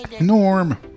Norm